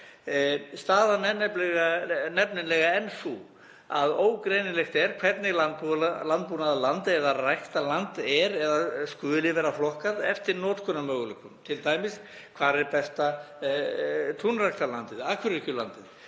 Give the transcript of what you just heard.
Staðan er nefnilega enn sú að ógreinilegt er hvernig landbúnaðarland eða ræktarland er og skuli vera flokkað eftir notkunarmöguleikum, t.d. hvar er besta túnræktarlandið, akuryrkjulandið.